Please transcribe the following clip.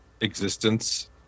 existence